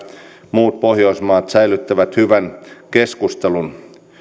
muut pohjoismaat säilyttävät hyvän keskustelun